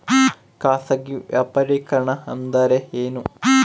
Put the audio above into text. ಖಾಸಗಿ ವ್ಯಾಪಾರಿಕರಣ ಅಂದರೆ ಏನ್ರಿ?